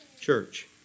church